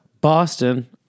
Boston